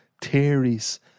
theories